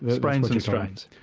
sprains and strains.